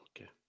Okay